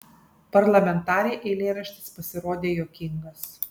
parlamentarei eilėraštis pasirodė juokingas